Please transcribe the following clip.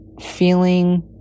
feeling